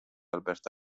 albert